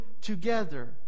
together